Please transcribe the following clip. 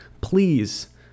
please